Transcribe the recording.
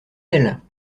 ailes